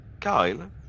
Kyle